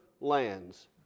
lands